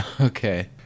Okay